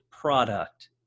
product